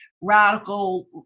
radical